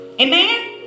Amen